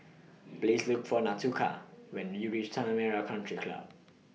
Please Look For Nautica when YOU REACH Tanah Merah Country Club